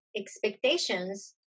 expectations